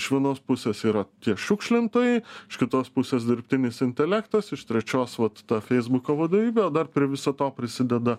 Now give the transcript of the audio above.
iš vienos pusės yra tie šiukšlintojai iš kitos pusės dirbtinis intelektas iš trečios vat ta feisbuko vadovybė o dar prie viso to prisideda